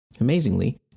Amazingly